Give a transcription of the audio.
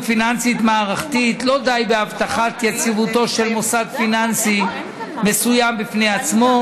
פיננסית מערכתית לא די בהבטחת יציבותו של מוסד פיננסי מסוים בפני עצמו.